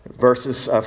Verses